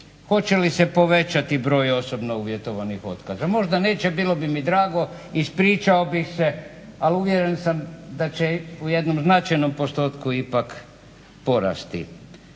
hoće li se povećati broj osobno uvjetovanih otkaza? Možda neće, bilo bi mi drago. Ispričao bih se, ali uvjeren sam da će u jednom značajnom postotku ipak porasti.